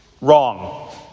Wrong